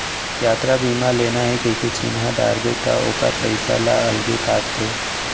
यातरा बीमा लेना हे कइके चिन्हा डारबे त ओकर पइसा ल अलगे काटथे